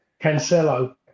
Cancelo